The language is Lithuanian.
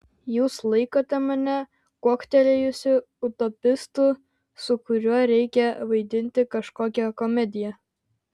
jūs laikote mane kuoktelėjusiu utopistu su kuriuo reikia vaidinti kažkokią komediją